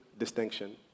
distinction